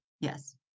Yes